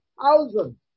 thousand